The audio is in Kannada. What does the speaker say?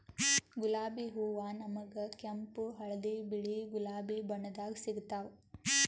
ಗುಲಾಬಿ ಹೂವಾ ನಮ್ಗ್ ಕೆಂಪ್ ಹಳ್ದಿ ಬಿಳಿ ಗುಲಾಬಿ ಬಣ್ಣದಾಗ್ ಸಿಗ್ತಾವ್